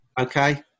Okay